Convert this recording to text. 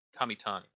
Kamitani